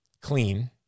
clean